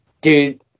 Dude